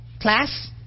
Class